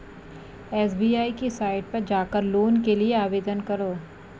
SBI की site पर जाकर लोन के लिए आवेदन करो